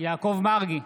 יעקב מרגי,